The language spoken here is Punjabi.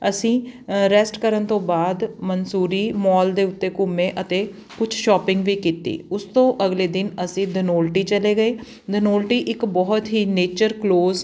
ਅਸੀਂ ਰੈਸਟ ਕਰਨ ਤੋਂ ਬਾਅਦ ਮਸੂਰੀ ਮੋਲ ਦੇ ਉੱਤੇ ਘੁੰਮੇ ਅਤੇ ਕੁਛ ਸ਼ੋਪਿੰਗ ਵੀ ਕੀਤੀ ਉਸ ਤੋਂ ਅਗਲੇ ਦਿਨ ਅਸੀਂ ਦਨੋਲਟੀ ਚਲੇ ਗਏ ਦਨੋਲਟੀ ਇੱਕ ਬਹੁਤ ਹੀ ਨੇਚਰ ਕਲੋਜ